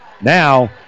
Now